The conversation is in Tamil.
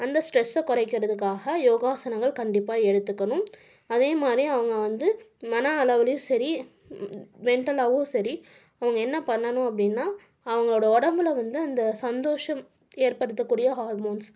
அந்த ஸ்ட்ரெஸ்ஸை குறைக்கிறதுக்காக யோகாசனங்கள் கண்டிப்பாக எடுத்துக்கணும் அதேமாதிரி அவங்க வந்து மன அளவுலேயும் சரி மென்டலாகவும் சரி அவங்க என்ன பண்ணணும் அப்படீன்னா அவங்களோட உடம்புல வந்து அந்த சந்தோஷம் ஏற்படுத்தக்கூடிய ஹார்மோன்ஸ்